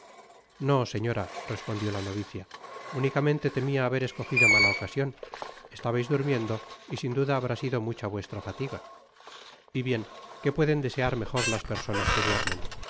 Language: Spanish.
no señora respondió la novicia únicamente temia haber escogido mala ocasion estabais durmiendo y sin duda habrá sido mucha vuestra fatiga y bien qué pueden desear mejorias personas que duermen